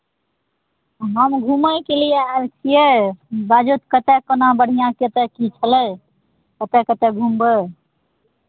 हम घुमयके लिए आयल छियै बाजथु कतय केना बढ़िआँ कतय की छलै कतय कतय घुमबै